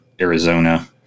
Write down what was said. Arizona